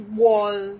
wall